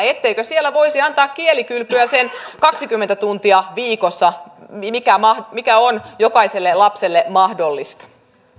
etteikö siellä voisi antaa kielikylpyä sen kaksikymmentä tuntia viikossa mikä on jokaiselle lapselle mahdollista